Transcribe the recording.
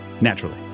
Naturally